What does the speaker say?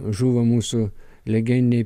žuvo mūsų legendiniai